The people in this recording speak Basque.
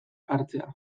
hartzea